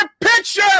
picture